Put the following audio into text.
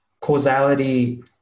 causality